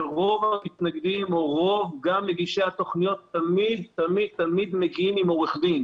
שרוב המתנגדים או רוב מגישי התוכניות תמיד מגיעים עם עו"ד.